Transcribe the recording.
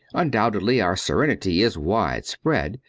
undoubtedly our serenity is wide spread.